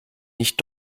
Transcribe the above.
nicht